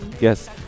Yes